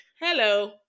Hello